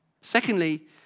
Secondly